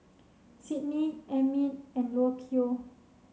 Sydney Emmitt and Lucio